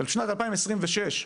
בשנת 2026,